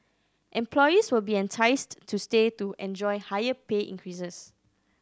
employees will be enticed to stay to enjoy higher pay increases